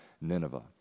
Nineveh